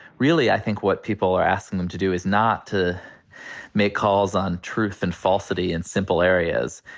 really i think what people are asking them to do is not to make calls on truth and falsity in simple areas.